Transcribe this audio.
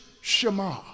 Shema